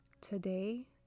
Today